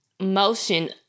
Motion